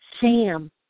Sam